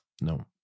No